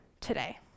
today